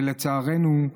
ולצערנו,